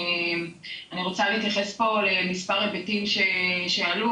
אני רוצה להתייחס פה למספר היבטים שעלו.